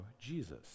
Jesus